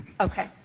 Okay